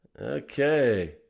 Okay